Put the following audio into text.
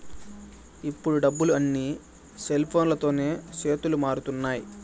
ఇప్పుడు డబ్బులు అన్నీ సెల్ఫోన్లతోనే చేతులు మారుతున్నాయి